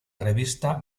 revista